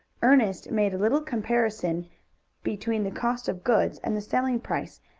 ernest made a little comparison between the cost of goods and the selling price,